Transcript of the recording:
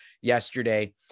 yesterday